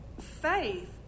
Faith